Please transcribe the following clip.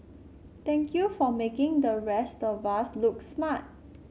thank you for making the rest of us look smart